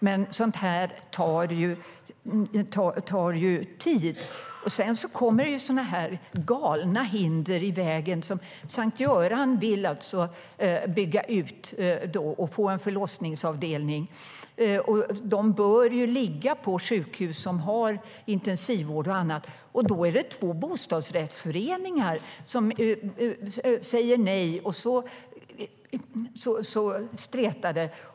Men sådant tar tid. Sedan kommer också galna hinder i vägen. S:t Göran vill till exempel bygga ut för en förlossningsavdelning. Förlossningsavdelningarna bör ju ligga på sjukhus som har intensivvård och annat. Men nu säger två bostadsrättsföreningar nej, och så stretar det.